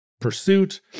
Pursuit